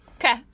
Okay